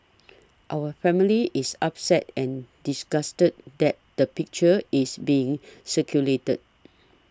our family is upset and disgusted that the picture is being circulated